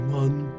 one